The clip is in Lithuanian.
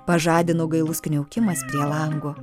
pažadino gailus kniaukimas prie lango